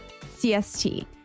CST